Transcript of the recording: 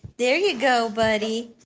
there you go, buddy